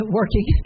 working